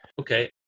Okay